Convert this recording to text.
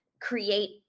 create